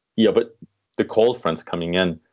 yeah, but the cold front coming in.